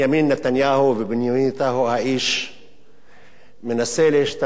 ובנימין נתניהו האיש מנסה להשתמש כל השנים